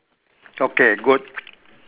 okay good